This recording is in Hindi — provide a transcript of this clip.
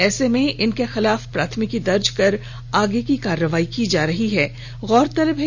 ऐसे में इनके खिलाफ प्राथमिकी दर्ज कर आगे की कार्रवाई की जा रही है